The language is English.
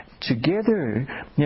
together